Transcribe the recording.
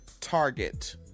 target